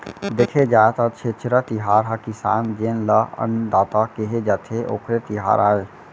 देखे जाए त छेरछेरा तिहार ह किसान जेन ल अन्नदाता केहे जाथे, ओखरे तिहार आय